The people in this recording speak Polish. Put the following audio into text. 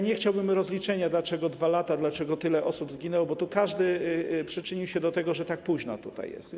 Nie chciałbym rozliczenia, dlaczego 2 lata, dlaczego tyle osób zginęło, bo każdy przyczynił się do tego, że to jest tak późno.